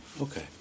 okay